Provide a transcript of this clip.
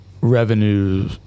revenue